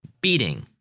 beating